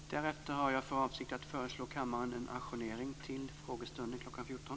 Efter Kenneth Kvists anförande har jag för avsikt att föreslå kammaren en ajournering fram till frågestunden kl. 14.